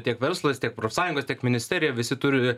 tiek verslas tiek profsąjungos tiek ministerija visi turi